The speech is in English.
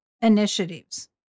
initiatives